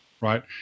Right